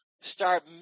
Start